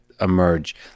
emerge